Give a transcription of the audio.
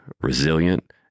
resilient